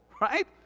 right